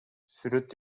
сүрөт